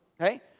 okay